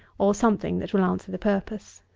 or something that will answer the purpose